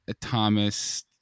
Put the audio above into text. Thomas